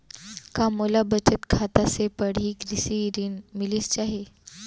का मोला बचत खाता से पड़ही कृषि ऋण मिलिस जाही?